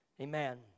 Amen